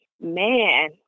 Man